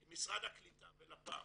אם משרד הקליטה ולפ"מ